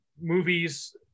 movies